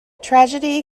tragedy